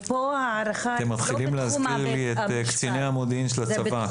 אתם מתחילים להזכיר לי את קציני המודיעין של הצבא.